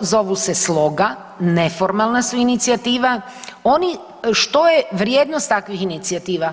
zovu se Sloga, neformalna su inicijativa, oni, što je vrijednost takvih inicijativa?